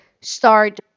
start